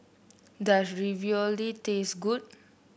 does Ravioli taste good